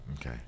Okay